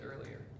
earlier